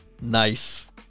nice